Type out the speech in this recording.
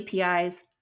APIs